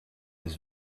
was